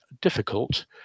difficult